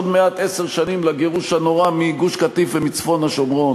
עוד מעט עשר שנים לגירוש הנורא מגוש-קטיף ומצפון-השומרון.